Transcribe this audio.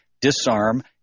disarm